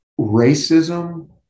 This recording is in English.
racism